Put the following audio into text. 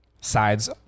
Sides